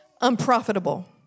unprofitable